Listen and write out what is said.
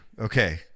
Okay